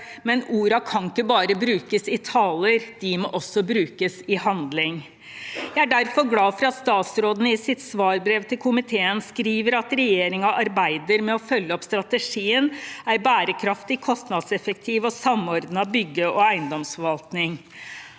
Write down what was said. men ordene kan ikke bare brukes i taler. De må også brukes i handling. Jeg er derfor glad for at statsråden i sitt svarbrev til komiteen skriver at regjeringen arbeider med å følge opp strategien Ei berekraftig, kostnadseffektiv og samordna bygg- og eigedomsforvaltning.